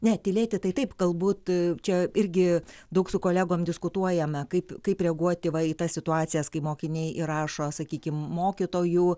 ne tylėti tai taip galbūt čia irgi daug su kolegom diskutuojame kaip kaip reaguoti į va į tą situacijas kai mokiniai įrašo sakykim mokytojų